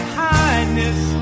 kindness